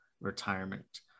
retirement